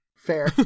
Fair